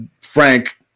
frank